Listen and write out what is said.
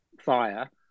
fire